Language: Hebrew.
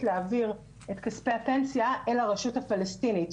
להעביר את כספי הפנסיה אל הרשות הפלסטינית.